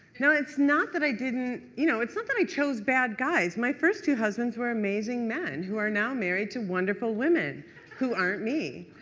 no, it's not that i didn't you know it's not that i chose bad guys. my first two husbands were amazing men who are now married to wonderful women who aren't me.